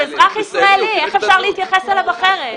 איך אפשר להתייחס אליו אחרת?